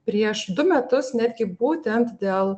prieš du metus netgi būtent dėl